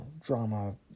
drama